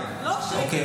אוקיי.